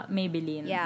Maybelline